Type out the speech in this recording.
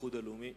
מהאיחוד הלאומי.